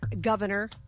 Governor